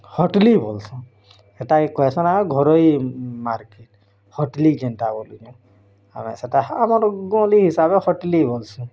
ହଟ୍ଲି ବୋଲ୍ସନ୍ ହେଟା କେ କହେସନ୍ ଆମ ଘରୋଇ ମାର୍କେଟ୍ ହଟ୍ଲି ଯେନ୍ତା ବୋଲୁଛନ୍ ଆମେ ସେଟା ଆମର୍ ଗଲି ହିସାବେ ହଟ୍ଲି ବୋଲ୍ସୁଁ